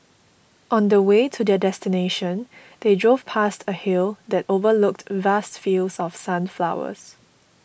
on the way to their destination they drove past a hill that overlooked vast fields of sunflowers